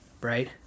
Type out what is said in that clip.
right